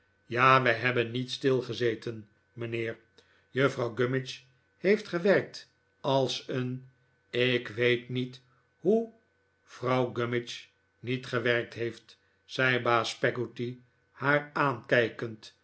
ja wij hebben niet stilgezeten mijnheer vrouw gummidge heeft gewerkt als een ik weet niet hoe vrouw gummidge niet gewerkt heeft zei baas peggotty haar aankijkend